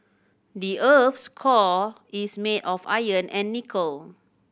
the earth's core is made of iron and nickel